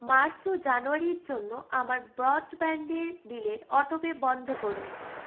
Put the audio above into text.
March ও জানুয়ারির জন্য আমার ব্রডব্যান্ডের বিলের অটোপে বন্ধ করুন